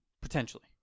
potentially